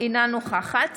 אינה נוכחת